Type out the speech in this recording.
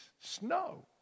snow